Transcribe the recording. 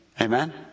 Amen